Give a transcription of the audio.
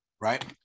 right